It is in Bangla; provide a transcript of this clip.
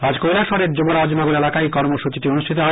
আজ কৈলাসহরের মুবরাজনগর এলাকায় এই কর্মসূচীটি অনুষ্ঠিত হয়